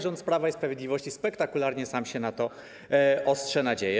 Rząd Prawa i Sprawiedliwości spektakularnie sam się na to ostrze nadzieje.